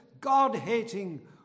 God-hating